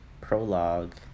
prologue